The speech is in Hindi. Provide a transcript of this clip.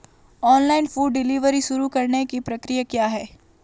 ऑनलाइन फूड डिलीवरी शुरू करने की प्रक्रिया क्या है?